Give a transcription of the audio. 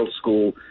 school